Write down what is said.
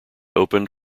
opened